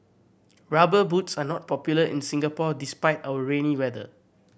Rubber Boots are not popular in Singapore despite our rainy weather